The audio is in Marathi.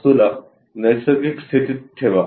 वस्तूला नैसर्गिक स्थितीत ठेवा